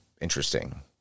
interesting